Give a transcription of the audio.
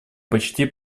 почти